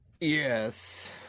Yes